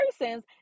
persons